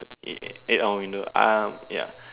eight hour in the um yeah